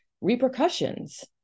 repercussions